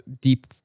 deep